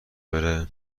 بره